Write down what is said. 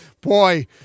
boy